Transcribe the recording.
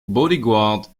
bodyguard